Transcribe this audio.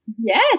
Yes